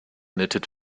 knitted